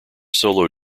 solo